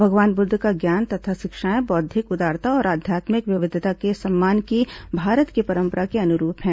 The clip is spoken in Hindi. भगवान बुद्ध का ज्ञान तथा शिक्षाएं बौद्धिक उदारता और आध्यात्मिक विविधता के सम्मान की भारत की परम्परा के अनुरूप हैं